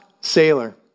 sailor